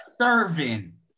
Serving